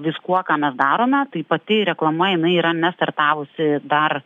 viskuo ką mes darome tai pati reklama jinai yra nestartavusi dar